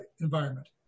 environment